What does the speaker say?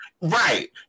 right